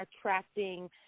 attracting